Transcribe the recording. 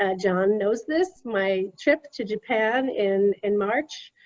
ah john knows this, my trip to japan in in march,